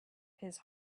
his